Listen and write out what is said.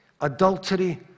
adultery